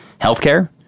Healthcare